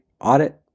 audit